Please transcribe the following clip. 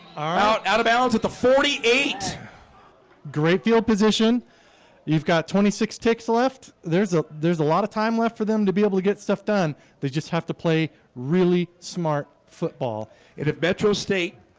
are out of balance at the forty eight great field position you've got twenty six ticks left. there's a there's a lot of time left for them to be able to get stuff done they just have to play really smart football if metro state